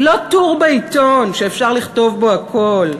היא לא טור בעיתון שאפשר לכתוב בו הכול.